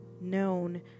known